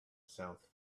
south